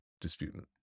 disputant